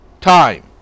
time